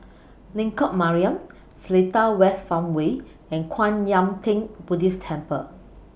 Lengkok Mariam Seletar West Farmway and Kwan Yam Theng Buddhist Temple